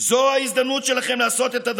חמש דקות תמימות לרשותך.